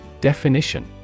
Definition